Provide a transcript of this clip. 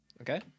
Okay